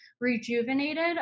rejuvenated